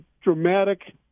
dramatic